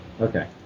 Okay